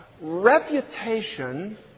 Reputation